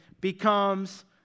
becomes